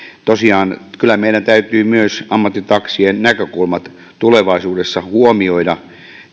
tosiaan kyllä meidän täytyy myös ammattitaksien näkökulmat tulevaisuudessa huomioida